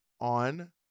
on